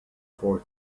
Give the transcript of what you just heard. for